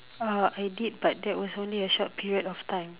uh I did but that was only a short period of time